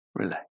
Relax